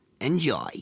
Enjoy